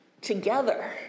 together